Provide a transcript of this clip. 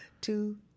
two